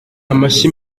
amashyi